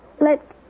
Let